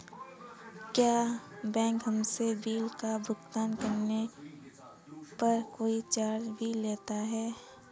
क्या बैंक हमसे बिल का भुगतान करने पर कोई चार्ज भी लेता है?